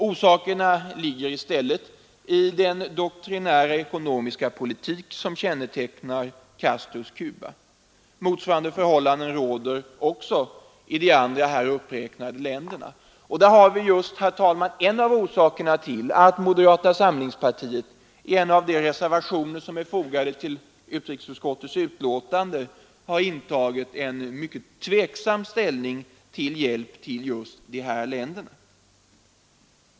Orsakerna ligger i stället i den doktrinära ekonomiska politik som kännetecknar Castros Cuba. Motsvarande förhållanden råder också i de andra här uppräknade länderna. Där har vi just en av orsakerna till att moderata samlingspartiet i en av de reservationer som är fogade vid utrikesutskottets betänkande har intagit en mycket tveksam hållning till hjälp åt just dessa länder.